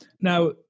Now